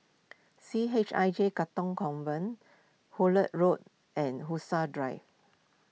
C H I J Katong Convent Hullet Road and Drive